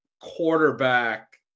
Quarterback